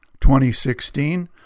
2016